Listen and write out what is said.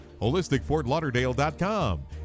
HolisticFortLauderdale.com